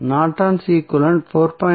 Norton's equivalent 4